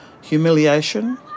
humiliation